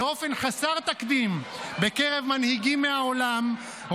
באופן חסר תקדים בקרב מנהיגים מהעולם,